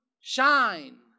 shine